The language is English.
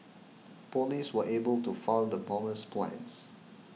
police were able to foil the bomber's plans